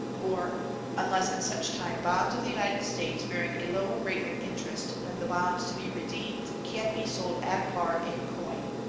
or unless at such time bonds of the united states bearing a lower rate of interest than the bonds to be redeemed can be sold at par in coin.